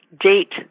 date